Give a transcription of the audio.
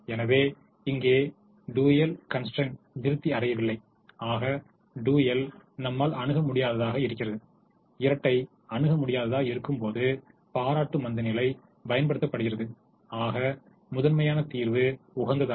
எனவே இங்கே dual constraint திருப்தி அடையவில்லை ஆக டூயல் நம்மால் அணுக முடியாததாக இருக்கிறது இரட்டை அணுக முடியாததாக இருக்கும் போது பாராட்டு மந்தநிலை பயன்படுத்தப்படுகிறது ஆக முதன்மையான தீர்வு உகந்ததல்ல